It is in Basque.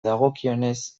dagokionez